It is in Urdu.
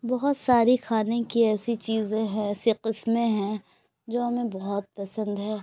بہت ساری کھانے کی ایسی چیزیں ہیں ایسے قسمیں ہیں جو ہمیں بہت پسند ہے